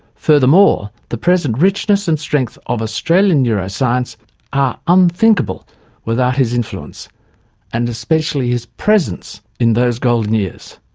furthermore, the present richness and strength of australian neuroscience are unthinkable without his influence and, especially, his presence in those golden years.